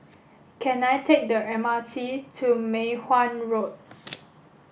can I take the M R T to Mei Hwan Road